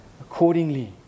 accordingly